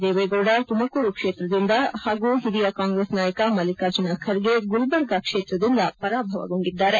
ದೇವೇಗೌಡ ತುಮಕೂರು ಕ್ಷೇತ್ರದಿಂದ ಹಾಗೂ ಹಿರಿಯ ಕಾಂಗ್ರೆಸ್ ನಾಯಕ ಮಲ್ಲಿಕಾರ್ಜುನ್ ಖರ್ಗೆ ಗುಲ್ಬರ್ಗಾ ಕ್ಷೇತ್ರದಿಂದ ಪರಾಭವಗೊಂಡಿದ್ದಾರೆ